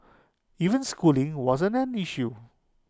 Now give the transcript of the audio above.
even schooling wasn't an issue